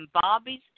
Bobby's